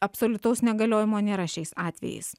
absoliutaus negaliojimo nėra šiais atvejais